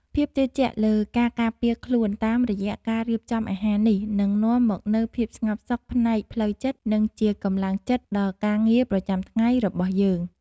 ភាពជឿជាក់លើការការពារខ្លួនតាមរយៈការរៀបចំអាហារនេះនឹងនាំមកនូវភាពស្ងប់សុខផ្នែកផ្លូវចិត្ត និង ជាកម្លាំងចិត្តដល់ការងារប្រចាំថ្ងៃរបស់យើង។